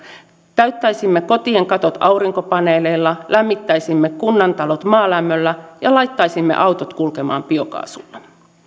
täyttäisimme kotien katot aurinkopaneeleilla lämmittäisimme kunnantalot maalämmöllä ja laittaisimme autot kulkemaan biokaasulla